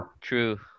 True